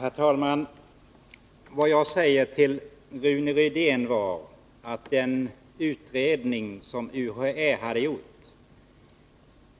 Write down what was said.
Herr talman! Vad jag sade till Rune Rydén var att den beredning som UHÄ hade gjort